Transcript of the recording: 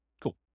Cool